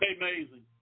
Amazing